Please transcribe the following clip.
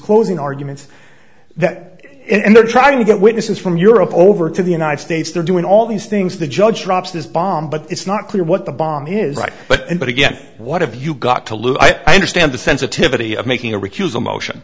closing arguments that and they're trying to get witnesses from europe over to the united states they're doing all these things the judge drops this bomb but it's not clear what the bomb is right but but again what have you got to lose i stand the sensitivity of making a recusal motion